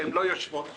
שלא יושבות פה,